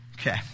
Okay